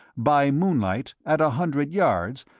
by moonlight, at a hundred yards,